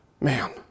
Man